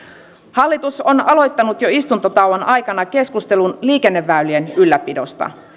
hallitus on aloittanut jo istuntotauon aikana keskustelun liikenneväylien ylläpidosta